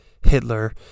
Hitler